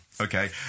Okay